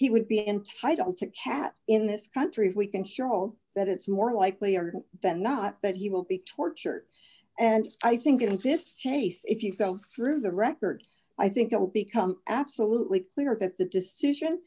he would be entitled to cat in this country if we can show that it's more likely than not that he will be tortured and i think it exists case if you found through the records i think it will become absolutely clear that the decision